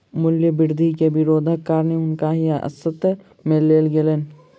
मूल्य वृद्धि के विरोधक कारण हुनका हिरासत में लेल गेलैन